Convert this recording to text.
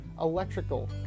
electrical